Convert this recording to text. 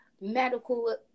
Medical